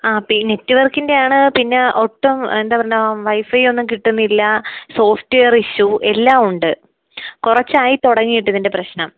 ആ ഇപ്പം നെറ്റ്വർക്കിൻ്റെ ആണ് പിന്നെ ഒട്ടും എന്താ പറയണ്ടേ വൈ ഫൈ ഒന്നും കിട്ടുന്നില്ല സോഫ്റ്റ്വെയർ ഇഷ്യൂ എല്ലാം ഉണ്ട് കുറച്ചായി തുടങ്ങിയിട്ട് ഇതിൻ്റെ പ്രശ്നം